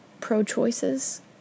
pro-choices